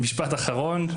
משפט אחרון.